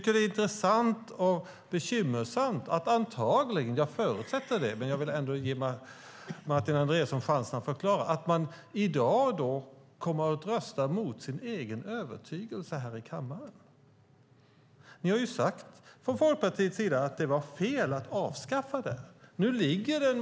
Det är både intressant och bekymmersamt att man i dag antagligen - jag förutsätter det men vill ändå ge Martin Andreasson en chans att ge en förklaring - här i kammaren kommer att rösta mot sin övertygelse. Ni i Folkpartiet har ju sagt att det var fel att avskaffa skatten på konstgödsel.